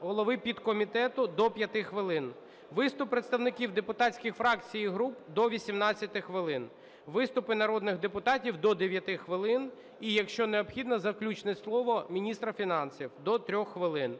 голови підкомітету – до 5 хвилин; виступ представників депутатських фракцій і груп – до 18 хвилин; виступи народних депутатів – до 9 хвилин і, якщо необхідно, заключне слово міністра фінансів – до 3 хвилин.